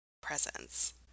presence